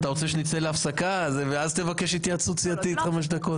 אתה רוצה שנצא להפסקה ואז תבקש התייעצות סיעתית חמש דקות?